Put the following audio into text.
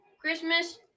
Christmas